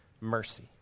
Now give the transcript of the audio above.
Mercy